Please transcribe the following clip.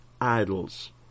idols